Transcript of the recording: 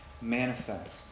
manifest